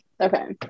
Okay